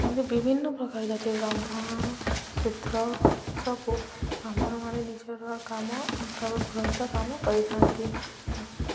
ଏମିତି ବିଭିନ୍ନ ପ୍ରକାର ଜତି ବ୍ରାହ୍ମଣ ଶୂଦ୍ର ସବୁ ବ୍ରାହ୍ମଣମାନେ ନିଜର କାମ ପୁରୋହିତ କାମ କରିଥାନ୍ତି